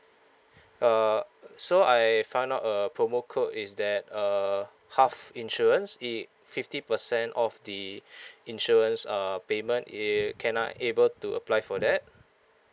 uh so I find out a promo code is that uh half insurance it fifty percent off the insurance err payment uh can I able to apply for that